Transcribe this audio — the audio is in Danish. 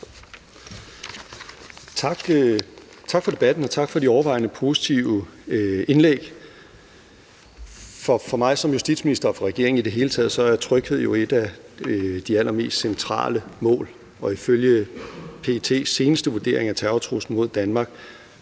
Tak for debatten, og tak for de overvejende positive indlæg. For mig som justitsminister og for regeringen i det hele taget er tryghed jo et af de allermest centrale mål, og ifølge PET's seneste vurdering af terrortruslen mod Danmark